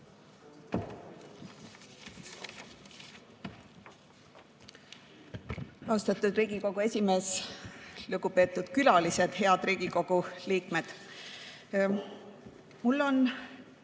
Austatud Riigikogu esimees! Lugupeetud külalised! Head Riigikogu liikmed!